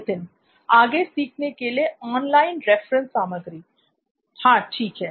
नित्थिन आगे सीखने के लिए ऑनलाइन रेफरेंस सामग्री हां ठीक है